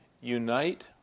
Unite